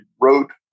wrote